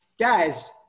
guys